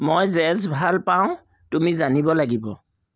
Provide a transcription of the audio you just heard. মই জেজ ভাল পাওঁ তুমি জানিব লাগিব